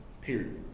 period